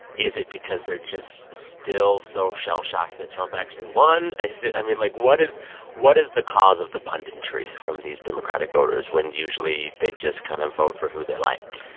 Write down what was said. is it because they're just still so shell-shocked that trump actually won? ah is it i mean, like what is what is the cause of the punditry from these democratic voters when usually they just kind of vote for who they like?